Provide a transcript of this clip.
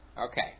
Okay